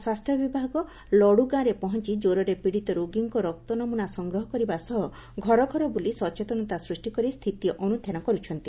ସ୍ୱାସ୍ସ୍ୟ ବିଭାଗ ଲଡ଼ଗାଁରେ ପହଞ୍ କୃରରେ ପୀଡ଼ିତ ରୋଗୀଙ୍କ ରକ୍ତ ନମ୍ୱନା ସଂଗ୍ରହ କରିବା ସହ ଘରଘରବୁଲି ସଚେତନ ସୃଷି କରି ସ୍ଥିତି ଅନୁଧ୍ଯାନ କର୍୍ ଛନ୍ତି